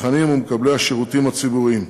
הצרכנים ומקבלי השירותים הציבוריים.